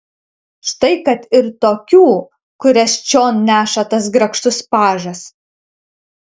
štai kad ir tokių kurias čion neša tas grakštus pažas